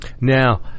Now